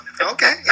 Okay